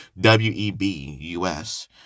W-E-B-U-S